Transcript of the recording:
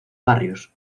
barrios